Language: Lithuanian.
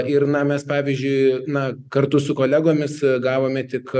ir na mes pavyzdžiui na kartu su kolegomis gavome tik